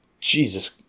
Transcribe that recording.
Jesus